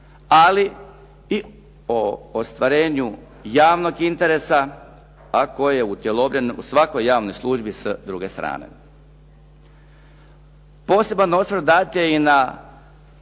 ali i o ostvarenju javnog interesa a koji je utjelovljen u svakoj javnoj službi s druge strane. Poseban osvrt dat je i na